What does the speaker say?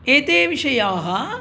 एते विषयाः